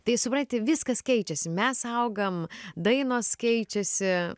tai supranti viskas keičiasi mes augam dainos keičiasi